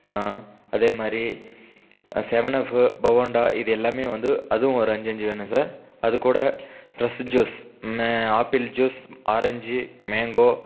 அதே மாரி செவனஃப்பு பவன்டா இது எல்லாமே வந்து அதும் ஒரு அஞ்சு அஞ்சு வேணும் சார் அதுக்கூட ஃபிரெஷ் ஜூஸ் மே ஆப்பிள் ஜூஸ் ஆரஞ்சு மேங்கோ